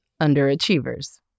underachievers